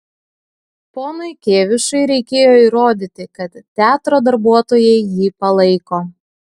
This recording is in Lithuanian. ponui kėvišui reikėjo įrodyti kad teatro darbuotojai jį palaiko